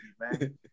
man